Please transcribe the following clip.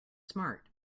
smart